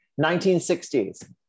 1960s